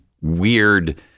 weird